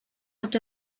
out